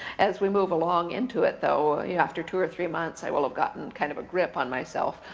as we move along into it though, after two or three months, i will have gotten kind of a grip on myself,